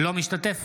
אינו משתתף